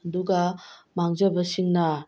ꯑꯗꯨꯒ ꯃꯥꯡꯖꯕꯁꯤꯡꯅ